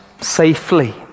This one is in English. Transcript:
safely